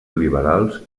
liberals